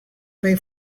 pay